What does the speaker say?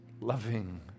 loving